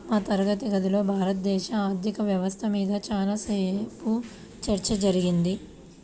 మా తరగతి గదిలో భారతదేశ ఆర్ధిక వ్యవస్థ మీద చానా సేపు చర్చ జరిగింది